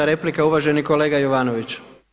4. replika uvaženi kolega Jovanović.